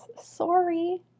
Sorry